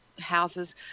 houses